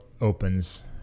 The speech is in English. opens